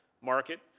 market